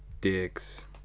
dicks